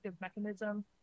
mechanism